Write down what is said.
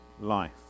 life